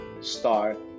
start